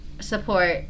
support